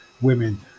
women